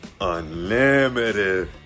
Unlimited